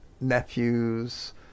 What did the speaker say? nephews